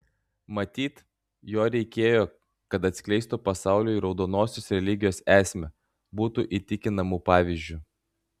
matyt jo reikėjo kad atskleistų pasauliui raudonosios religijos esmę būtų įtikinamu pavyzdžiu